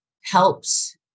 helps